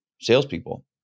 salespeople